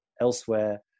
elsewhere